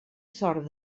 sort